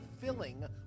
filling